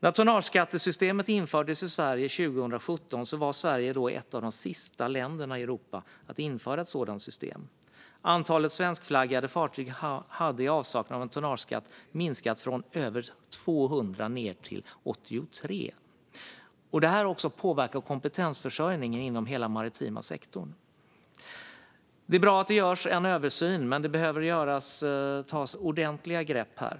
När tonnageskattesystemet infördes i Sverige 2017 var Sverige ett av de sista länderna i Europa att införa ett sådant system. Antalet svenskflaggade fartyg hade i avsaknad av en tonnageskatt minskat från över 200 ned till 83. Detta påverkar också kompetensförsörjningen inom hela den maritima sektorn. Det är bra att det görs en översyn, men det behöver tas ordentliga grepp här.